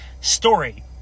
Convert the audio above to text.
story